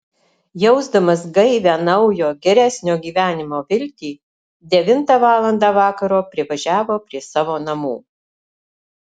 jausdamas gaivią naujo geresnio gyvenimo viltį devintą valandą vakaro privažiavo prie savo namų